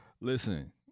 Listen